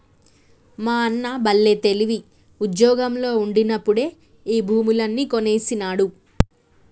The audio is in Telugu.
మా అన్న బల్లే తెలివి, ఉజ్జోగంలో ఉండినప్పుడే ఈ భూములన్నీ కొనేసినాడు